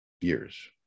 years